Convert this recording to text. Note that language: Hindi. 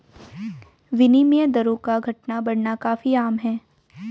विनिमय दरों का घटना बढ़ना काफी आम है